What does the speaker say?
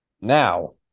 Now